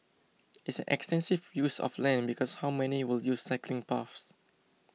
it's an extensive use of land because how many will use cycling paths